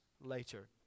later